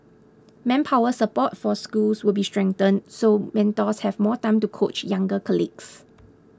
manpower support for schools will be strengthened so mentors have more time to coach younger colleagues